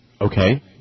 Okay